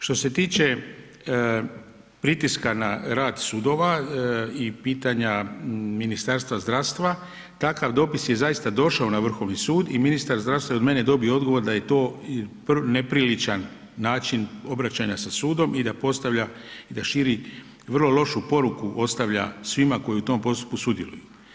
Što se tiče pritiska na rad sudova i pitanja Ministarstva zdravstva, takav dopis je zaista došao na Vrhovni sud i ministar zdravstva od mene je dobio odgovor da je to nepriličan način obraćanja sa sudom i da širi vrlo lošu poruku ostavlja svima koji u tom postupku sudjeluju.